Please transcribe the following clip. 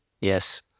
yes